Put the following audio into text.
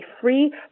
free